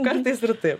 kartais ir taip